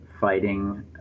fighting